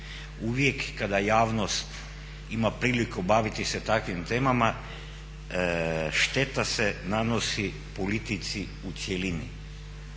uvijek kada javnost ima priliku baviti se takvim temama, šteta se nanosi politici u cjelini